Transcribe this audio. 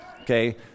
okay